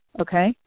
okay